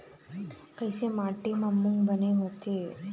कइसे माटी म मूंग बने होथे?